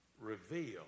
reveal